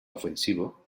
ofensivo